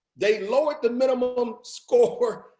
they lowered the minimum score